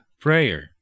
prayer